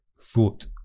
thought